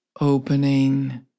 opening